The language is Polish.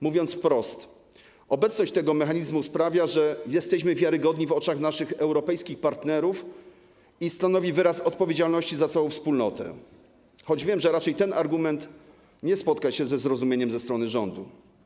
Mówiąc wprost, obecność tego mechanizmu sprawia, że jesteśmy wiarygodni w oczach naszych europejskich partnerów, stanowi także wyraz odpowiedzialności za całą wspólnotę, choć wiem, że ten argument nie spotka się ze zrozumieniem ze strony rządu.